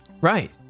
Right